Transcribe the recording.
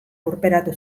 lurperatu